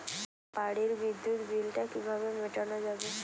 বাড়ির বিদ্যুৎ বিল টা কিভাবে মেটানো যাবে?